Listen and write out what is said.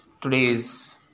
today's